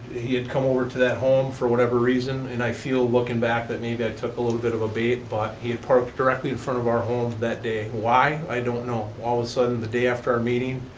he had come over to that home, for whatever reason, and i feel looking back that maybe i took a little bit of a bait, but he had parked directly in front of our home that day. why? i don't know. all of a sudden, the day after our meeting,